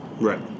Right